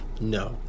No